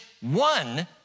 one